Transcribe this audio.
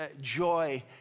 joy